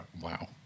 Wow